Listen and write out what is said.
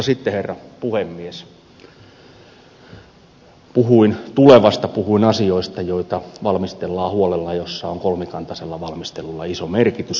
sitten herra puhemies puhuin tulevasta puhuin asioista joita valmistellaan huolella joissa on kolmikantaisella valmistelulla iso merkitys